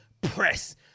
press